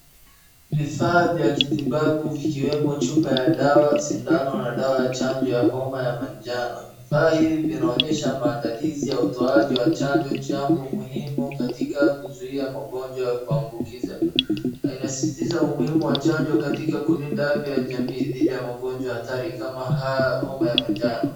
Vifaa vya kitibabu vikiwemo chupa ya dawa, sindano na dawa ya chanjo ya homa ya manjano. Vifaa hivi vinaonyesha maandalizi ya utoaji wa chanjo jambo muhimu katika kuzuia magonjwa ya kuambukiza. Inasisitiza umuhimu wa chanjo katika kulinda afya ya jamii dhidi ya magonjwa hatari kama homa ya manjano.